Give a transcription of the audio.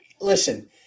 Listen